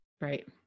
Right